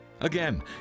Again